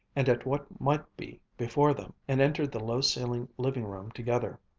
and at what might be before them, and entered the low-ceilinged living-room together.